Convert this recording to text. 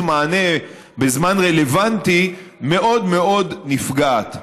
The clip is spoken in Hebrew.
מענה בזמן רלוונטי מאוד מאוד נפגעת.